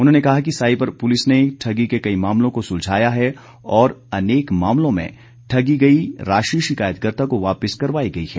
उन्होंने कहा कि साईबर पुलिस ने ठगी के कई मामलों को सुलझाया है और अनेक मामलों में ठगी गई राशि शिकायतकर्ता को वापिस करवाई गई है